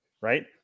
right